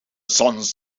sons